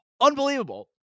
Unbelievable